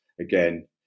Again